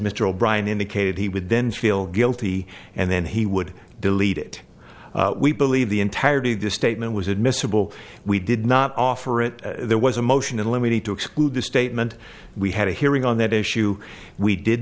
o'brian indicated he would then feel guilty and then he would delete it we believe the entirety of the statement was admissible we did not offer it there was a motion in limine and to exclude the statement we had a hearing on that issue we did